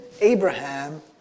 Abraham